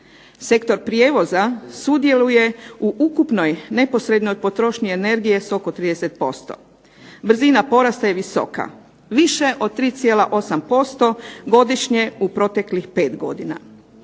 Sektor prijevoza sudjeluje u ukupnoj neposrednoj potrošnji energije s oko 30%. Brzina porasta je visoka, više od 3,8% godišnje u proteklih 5 godina.